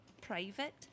private